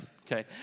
Okay